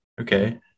Okay